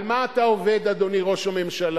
על מה אתה עובד, אדוני ראש הממשלה?